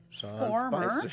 former